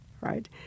right